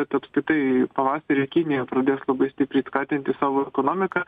bet apskritai pavasarį kinija pradės labai stipriai skatinti savo ekonomiką